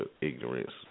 ignorance